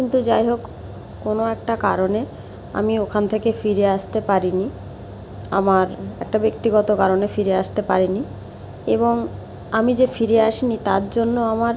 কিন্তু যাই হোক কোনো একটা কারণে আমি ওখান থেকে ফিরে আসতে পারিনি আমার একটা ব্যক্তিগত কারণে ফিরে আসতে পারিনি এবং আমি যে ফিরে আসিনি তার জন্য আমার